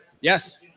Yes